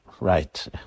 Right